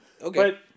Okay